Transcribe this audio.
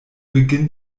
beginn